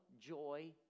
joy